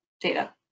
data